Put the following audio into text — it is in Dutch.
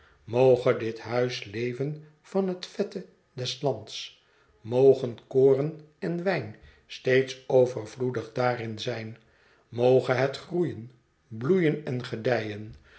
moge dit huis leven van het vette des lands mogen koorn en wijn steeds overvloedig daarin zijn moge het groeien bloeien en gedijen